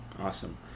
Awesome